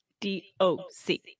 d-o-c